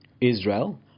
Israel